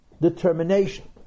determination